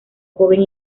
joven